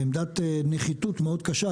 בעמדת נחיתות מאוד קשה,